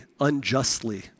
unjustly